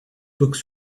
books